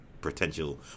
potential